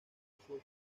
formal